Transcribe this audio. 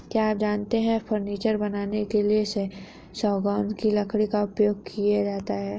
क्या आप जानते है फर्नीचर बनाने के लिए सागौन की लकड़ी का उपयोग किया जाता है